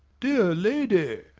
dear lady